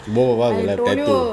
both of us will get tattooed